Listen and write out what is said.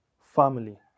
family